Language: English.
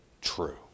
true